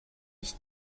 ich